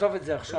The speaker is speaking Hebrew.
נעזוב את זה עכשיו.